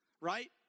right